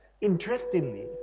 interestingly